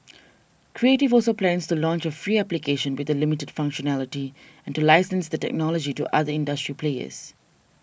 creative also plans to launch a free application with the limited functionality and to license the technology to other industry players